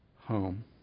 home